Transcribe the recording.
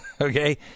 Okay